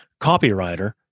copywriter